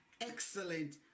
excellent